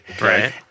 Right